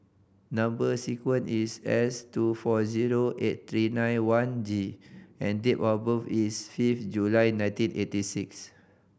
number sequence is S two four zero eight three nine one G and date of birth is fifth July nineteen eighty six